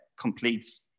completes